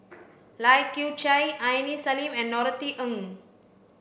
Lai Kew Chai Aini Salim and Norothy Ng